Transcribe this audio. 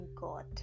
God